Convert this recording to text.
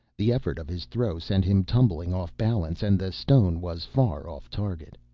the effort of his throw sent him tumbling off-balance, and the stone was far off-target.